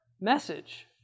message